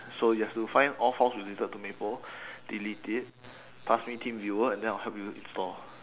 so you have to find all files related to maple delete it pass me teamviewer and then I'll help you install